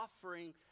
offering